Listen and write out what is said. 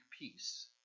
peace